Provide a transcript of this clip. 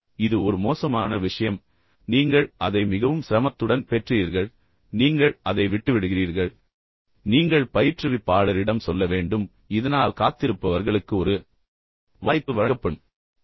இப்போது இது ஒரு மோசமான விஷயம் எனவே நீங்கள் அதை மிகவும் சிரமத்துடன் பெற்றீர்கள் பின்னர் நீங்கள் அதை விட்டுவிடுகிறீர்கள் பின்னர் நீங்கள் பயிற்றுவிப்பாளரிடம் சொல்ல வேண்டும் இதனால் காத்திருப்பவர்களுக்கு ஒரு வாய்ப்பு வழங்கப்படும்